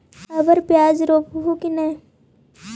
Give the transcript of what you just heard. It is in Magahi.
अबर प्याज रोप्बो की नय?